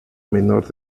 menor